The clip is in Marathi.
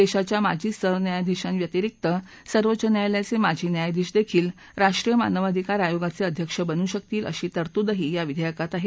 देशाच्या माजी सरन्यायाधीशांव्यतिरिक्त सर्वोच्च न्यायालयाचे माजी न्यायाधीश देखील राष्ट्रीय मानवाधिकार आयोगाचे अध्यक्ष बनू शकतील अशी तरतूदही या विधेयकात आहे